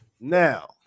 now